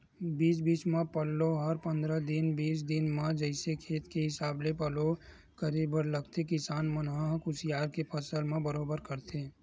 बीच बीच म पल्लो हर पंद्रह दिन बीस दिन म जइसे खेत के हिसाब ले पल्लो करे बर लगथे किसान मन ह कुसियार के फसल म बरोबर करथे